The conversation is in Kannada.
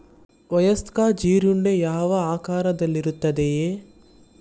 ವಯಸ್ಕ ಜೀರುಂಡೆ ಯಾವ ಆಕಾರದಲ್ಲಿರುತ್ತದೆ?